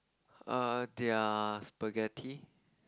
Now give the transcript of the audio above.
err their spaghetti